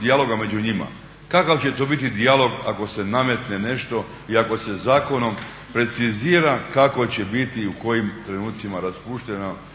dijaloga među njima. Kakav će to biti dijalog ako se nametne nešto i ako se zakonom precizira kako će biti i u kojim trenucima raspušteno